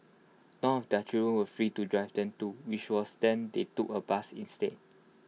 none of their children were free to drive them too which was then they took A bus instead